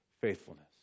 faithfulness